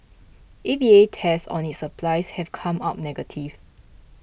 A V A tests on its supplies have come up negative